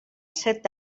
set